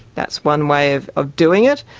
that's one way of of doing it.